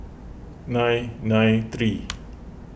nine nine three